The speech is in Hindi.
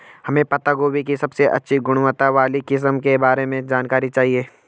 हमें पत्ता गोभी की सबसे अच्छी गुणवत्ता वाली किस्म के बारे में जानकारी चाहिए?